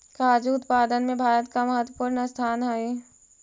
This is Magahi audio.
काजू उत्पादन में भारत का महत्वपूर्ण स्थान हई